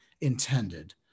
intended